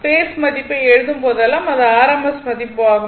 base மதிப்பை எழுதும் போதெல்லாம் அது rms மதிப்பு ஆகும்